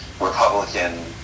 Republican